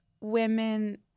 women